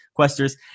questers